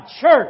church